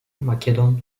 makedon